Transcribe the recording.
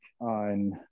on